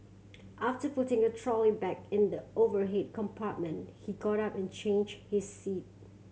after putting a trolley bag in the overhead compartment he got up and changed his seat